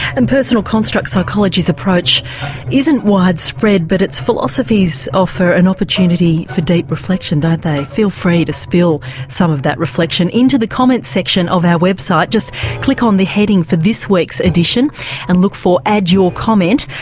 and personal construct psychology's approach isn't widespread but its philosophies offer an opportunity for deep reflection, don't they? feel free to spill some of that reflection into the comment section of our website, just click on the heading for this week's edition and look for add your comment,